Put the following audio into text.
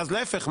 אז להיפך,